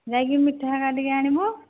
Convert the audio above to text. ଯାଇକି ମିଠା ହେରିକା ଟିକିଏ ଆଣିବୁ